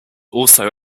also